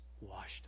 washed